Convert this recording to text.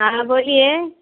हाँ बोलिए